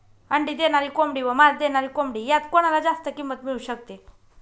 अंडी देणारी कोंबडी व मांस देणारी कोंबडी यात कोणाला जास्त किंमत मिळू शकते?